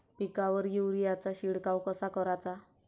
पिकावर युरीया चा शिडकाव कसा कराचा?